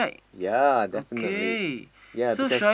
ya definitely ya because